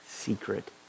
secret